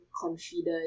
confident